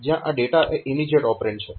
જયાં આ ડેટા એ ઇમીજીએટ ઓપરેન્ડ છે